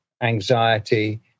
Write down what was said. anxiety